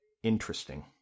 interesting